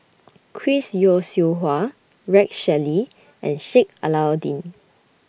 Chris Yeo Siew Hua Rex Shelley and Sheik Alau'ddin